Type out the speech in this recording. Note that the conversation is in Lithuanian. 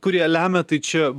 kurie lemia tai čia